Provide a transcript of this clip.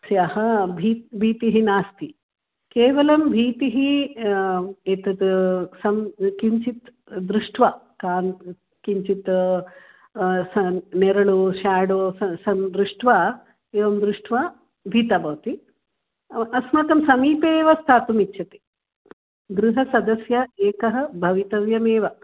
हः भी भीतिः नास्ति केवलं भीतिः एतत् सं किञ्चित् दृष्ट्वा कान् किञ्चित् स मिरळो शेडो सं दृष्ट्वा एवं दृष्ट्वा भीता भवति अस्माकं समीपे एव स्थातुमिच्छति गृहसदस्यः एकः भवितव्यमेव